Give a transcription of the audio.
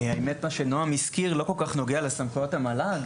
האמת מה שנועם הזכיר לא כל כך נוגע לסמכויות המל"ג.